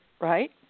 right